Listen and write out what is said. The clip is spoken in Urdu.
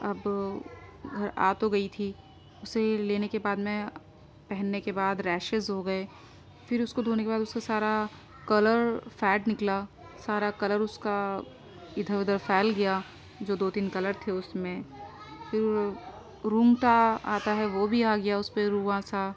اب گھر آ تو گئی تھی اسے لینے کے بعد میں پہننے کے بعد ریشیز ہو گئے پھر اس کو دھونے کے بعد اسے سارا کلر فیڈ نکلا سارا کلر اس کا ادھر ادھر پھیل گیا جو دو تین کلر تھے اس میں پھر رونگٹا آتا ہے وہ بھی آ گیا اس پہ رواں سا